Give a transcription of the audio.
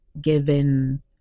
given